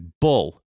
bull